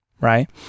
Right